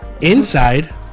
Inside